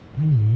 really